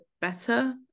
better